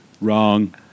Wrong